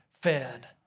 fed